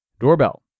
Doorbell